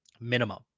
Minimum